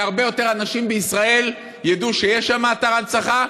שהרבה יותר אנשים בישראל ידעו שיש שם אתר הנצחה,